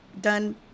done